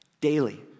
Daily